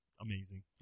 amazing